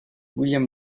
william